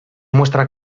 muestra